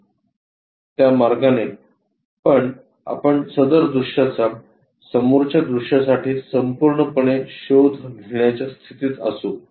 त्या मार्गाने पण आपण सदर दृश्याचा समोरच्या दृश्यासाठी संपूर्णपणे शोध घेण्याच्या स्थितीत असू